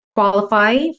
qualify